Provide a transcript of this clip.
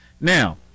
Now